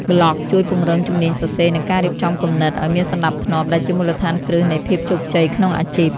ប្លក់ជួយពង្រឹងជំនាញសរសេរ និងការរៀបចំគំនិតឱ្យមានសណ្ដាប់ធ្នាប់ ដែលជាមូលដ្ឋានគ្រឹះនៃភាពជោគជ័យក្នុងអាជីព។